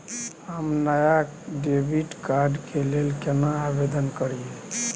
हम नया debit card के लेल केना आवेदन करियै?